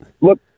look